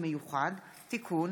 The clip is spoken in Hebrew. הצעת חוק מרשם האוכלוסין (תיקון,